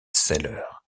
seller